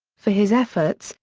for his efforts,